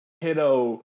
kiddo